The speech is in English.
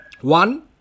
one